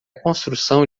construção